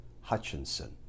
Hutchinson